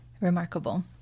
remarkable